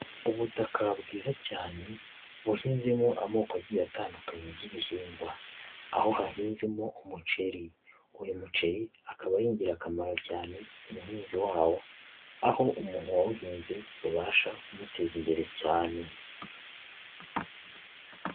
Ubutaka bwiza cyane buhinzemo amoko agiye atandukanye y'ibihingwa aho hahinzemo umuceri, uyu muceri akaba ari ingirakamaro cyane ku muhinzi wawo aho umuntu wawuhinze ubasha kumuteza imbere cyane.